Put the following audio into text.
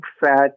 fat